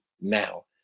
now